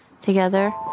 together